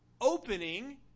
opening